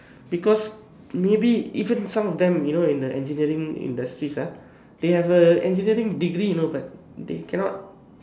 because maybe even some of them in the engineering industries ah they have a engineering degree you know but they cannot